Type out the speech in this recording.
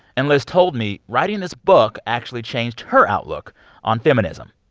and liz told me writing this book actually changed her outlook on feminism.